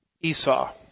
Esau